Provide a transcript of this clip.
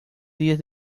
días